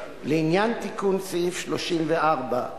לעניין תיקון סעיף 34,